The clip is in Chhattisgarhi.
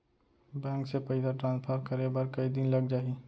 बैंक से पइसा ट्रांसफर करे बर कई दिन लग जाही?